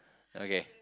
okay